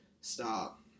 Stop